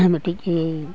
ᱢᱤᱫᱴᱤᱡ